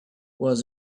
was